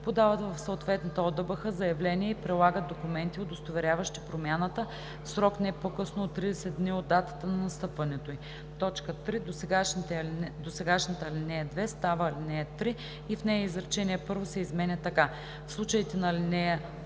подават в съответната ОДБХ заявление и прилагат документи, удостоверяващи промяната, в срок не по-късно от 30 дни от датата на настъпването ѝ.“ 3. Досегашната ал. 2 става ал. 3 и в нея изречение първо се изменя така: „В случаите на ал. 1,